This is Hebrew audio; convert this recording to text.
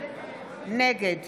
נגד